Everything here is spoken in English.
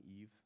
Eve